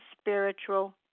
spiritual